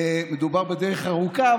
מדובר בדרך ארוכה,